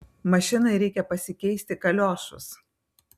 mašinai reikia pasikeisti kaliošus